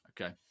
Okay